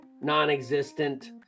non-existent